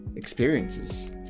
experiences